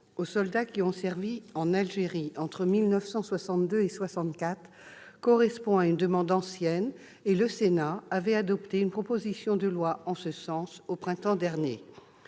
aux soldats qui ont servi en Algérie entre 1962 et 1964 correspond à une demande ancienne et le Sénat avait adopté une proposition de loi en ce sens au printemps dernier.